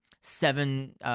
seven